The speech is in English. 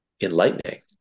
enlightening